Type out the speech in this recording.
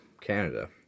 canada